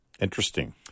Interesting